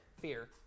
fear